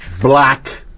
black